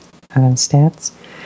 stats